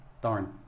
darn